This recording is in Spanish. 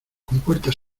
compuerta